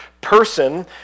person